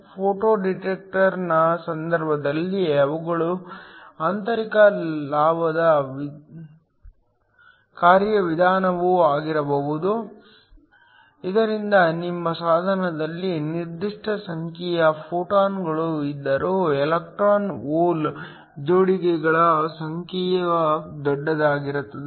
photo ಡಿಟೆಕ್ಟರ್ನ ಸಂದರ್ಭದಲ್ಲಿ ಅವುಗಳು ಆಂತರಿಕ ಲಾಭದ ಕಾರ್ಯವಿಧಾನವೂ ಆಗಿರಬಹುದು ಇದರಿಂದ ನಿಮ್ಮ ಸಾಧನದಲ್ಲಿ ನಿರ್ದಿಷ್ಟ ಸಂಖ್ಯೆಯ ಫೋಟಾನ್ಗಳು ಇದ್ದರೂ ಎಲೆಕ್ಟ್ರಾನ್ ಹೋಲ್ ಜೋಡಿಗಳ ಸಂಖ್ಯೆಯು ದೊಡ್ಡದಾಗಿರುತ್ತದೆ